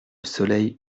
soleil